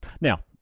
now